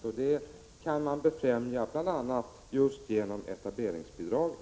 Denna utveckling kan man befrämja just genom etableringsbidraget.